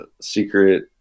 secret